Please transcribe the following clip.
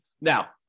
Now